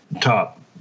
top